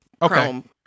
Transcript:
chrome